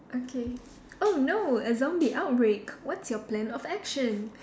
okay oh no a zombie outbreak what's your plan of action